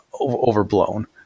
Overblown